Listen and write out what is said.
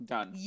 Done